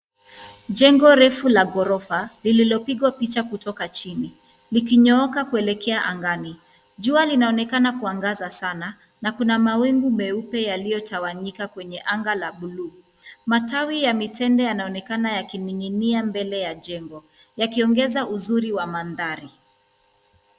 Jengo refu la ghorofa, lililopigwa picha kutoka chini likinyooka kuelekea chini. Jua linaonekana kuangaza sana, na kuna mawingu meupe yaliotawanyika kwenye anga la blue . Matawi ya mitende yanaonekana yakining'inia mbele ya jengo. Yakiongeza uzuri wa mandhari.